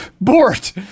bort